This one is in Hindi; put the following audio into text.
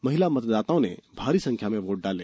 महिला मतदाताओं ने भारी संख्या में वोट डाले